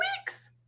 weeks